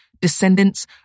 descendants